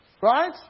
right